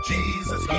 Jesus